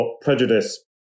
prejudice